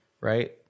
Right